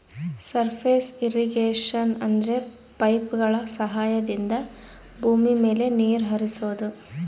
surface irrigation ಅಂದ್ರೆ ಪೈಪ್ಗಳ ಸಹಾಯದಿಂದ ಭೂಮಿ ಮೇಲೆ ನೀರ್ ಹರಿಸೋದು